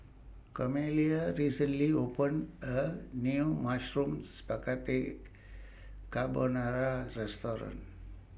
Cornelia recently opened A New Mushroom Spaghetti Carbonara Restaurant